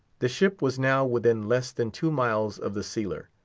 the ship was now within less than two miles of the sealer.